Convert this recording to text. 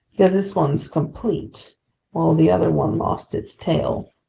because this one's complete while the other one lost its tail!